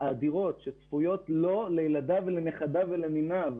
שצפויות לו, לילדיו, לנכדיו ולניניו.